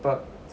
but